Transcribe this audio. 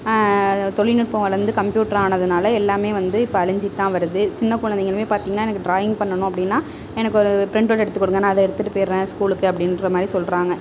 தொழில் நுட்பங்கள் வந்து கம்ப்யுட்டர் ஆனதுனால் எல்லாமே வந்து இப்போ அழிஞ்சுட்டு தான் வருது சின்ன குழந்தைகளுமே பார்த்திங்ன்னா எனக்கு டிராயிங் பண்ணணும் அப்படினா எனக்கு ஒரு பிரிண்ட் அவுட் எடுத்து கொடுங்க நான் அதை எடுத்துகிட்டு போய்விடுறேன் ஸ்கூலுக்கு அப்படின்ற மாதிரி சொல்கிறாங்க